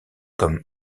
comme